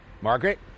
Margaret